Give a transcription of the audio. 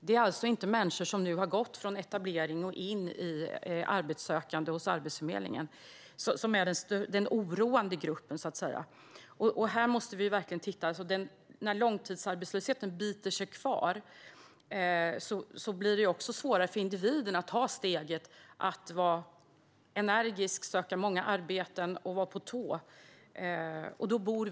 Det är alltså inte människor som har gått från etablering och in i arbetssökande hos Arbetsförmedlingen som är den oroande gruppen. Detta måste vi verkligen titta på, för när långtidsarbetslösheten biter sig kvar blir det också svårare för individen att ta steget att vara energisk, söka många arbeten och vara på tårna.